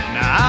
Now